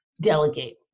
delegate